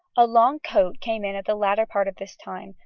a long coat came in at the later part of this time,